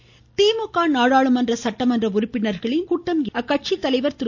ஸ்டாலின் திமுக நாடாளுமன்ற சட்டமன்ற உறுப்பினர்களின் கூட்டம் அக்கட்சித்தலைவர் திரு